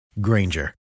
Granger